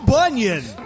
Bunyan